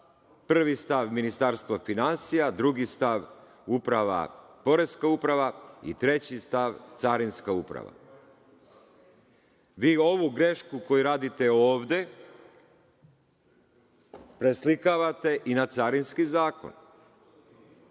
prvi stav Ministarstva finansija, drugi stav Poreska uprava i treći stav Carinska uprava. Vi ovu grešku koju radite ovde preslikavate i na carinski zakon. Samo